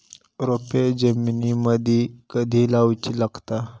रोपे जमिनीमदि कधी लाऊची लागता?